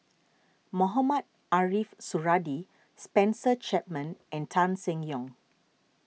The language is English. Mohamed Ariff Suradi Spencer Chapman and Tan Seng Yong